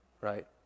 Right